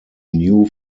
new